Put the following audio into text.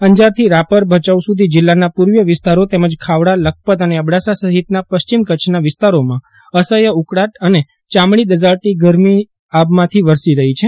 અંજારથી રાપર ભયાઉ સુધી જિલ્લાના પૂર્વીય વિસ્તારો તેમજ ખાવડા લખપત અને અબડાસા સહિતના પશ્ચિમ કચ્છના વિસ્તારોમાં અસહ્ય ઉકળાટ અને ચામડી દઝાડતી ગરમી આભમાંથી વરસી રહી છે